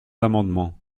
amendement